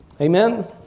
Amen